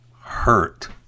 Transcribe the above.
hurt